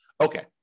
Okay